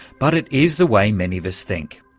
but it is the way many of us think.